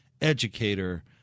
educator